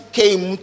came